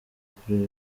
kuri